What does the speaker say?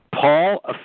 Paul